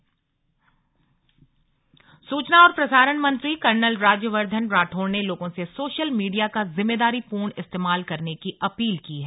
slug सूचना प्रसारण मंत्री सूचना और प्रसारण मंत्री कर्नल राज्यवर्धन राठौड़ ने लोगों से सोशल मीडिया का जिम्मेदारीपूर्ण इस्तेमाल करने की अपील की है